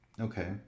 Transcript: Okay